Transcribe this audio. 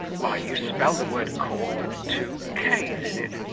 why, you spell the word cork with two k s in it.